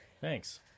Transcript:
thanks